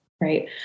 Right